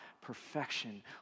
perfection